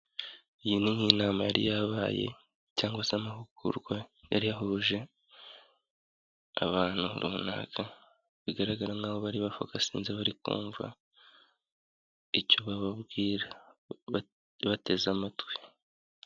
Iyi ni nk'inama yari yabaye cyangwa se amahugurwa yari yahuje abantu runaka. Bigaragara nk'aho bari bafokasinze bari kumva icyo bababwira, bateze amatwi.